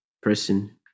person